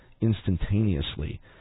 instantaneously